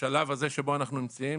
בשלב הזה שבו אנחנו נמצאים,